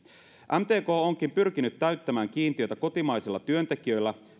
mtk onkin pyrkinyt täyttämään kiintiötä kotimaisilla työntekijöillä